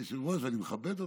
אדוני היושב-ראש, ואני מכבד אותך.